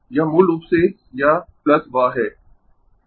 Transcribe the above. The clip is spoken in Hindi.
यह मूल रूप से यह वह है